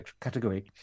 category